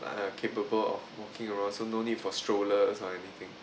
uh capable of walking around so no need for strollers or anything